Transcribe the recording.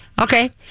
Okay